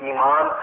Iman